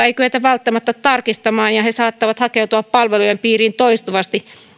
ei kyetä välttämättä tarkistamaan ja he saattavat hakeutua palvelujen piiriin toistuvasti